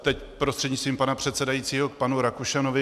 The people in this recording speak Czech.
Teď prostřednictvím pana předsedajícího k panu Rakušanovi.